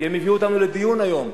כי הם הביאו אותנו לדיון היום.